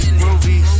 groovy